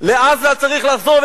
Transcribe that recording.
לעזה צריך לחזור,